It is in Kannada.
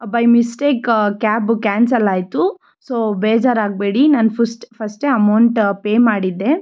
ಬೈ ಮಿಸ್ಟೇಕ್ ಕ್ಯಾಬು ಕ್ಯಾನ್ಸಲ್ಲಾಯಿತು ಸೋ ಬೇಜಾರಾಗಬೇಡಿ ನಾನು ಫುಷ್ಟ್ ಫಸ್ಟೇ ಅಮೌಂಟ್ ಪೇ ಮಾಡಿದ್ದೆ